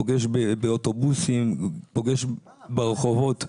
פוגש באוטובוסים, פוגש ברחובות,